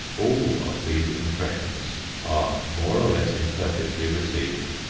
all of these impressions are more or less imperfectly received,